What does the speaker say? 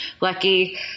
lucky